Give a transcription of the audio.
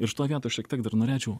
ir šitoj vietoj aš šiek tiek dar norėčiau